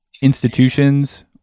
institutions